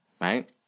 Right